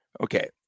Okay